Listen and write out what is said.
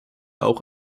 auch